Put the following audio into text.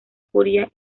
furia